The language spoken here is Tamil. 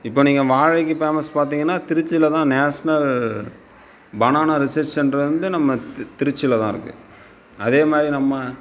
இப்போ நீங்கள் வாழைக்கு ஃபேமஸ் பார்த்திங்கனா திருச்சியில் தான் நேஷ்னல் பனானா ரிசெர்ச் சென்டர் வந்து நம்ம திருச்சியில் தான் இருக்குது அதே மாதிரி நம்ம